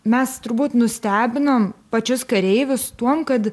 mes turbūt nustebinom pačius kareivius tuom kad